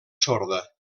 sorda